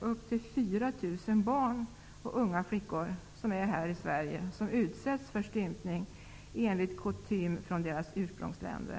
upp till 4 000 barn och unga flickor här i Sverige komma att utsättas för stympning enligt kutym från deras ursprungsländer.